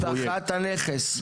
להשבחת הנכס.